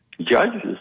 judges